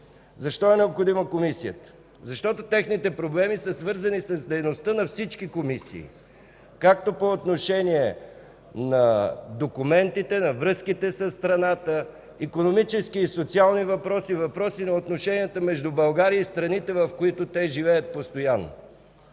Защо е необходима Комисията? Защото техните проблеми са свързани с дейността на всички комисии по отношение на документите, на връзките със страната, икономически и социални въпроси, въпроси на отношенията между България и страните, в които те живеят постоянно.